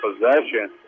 possession